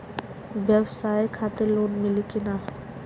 ब्यवसाय खातिर लोन मिली कि ना?